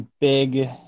big